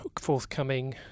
forthcoming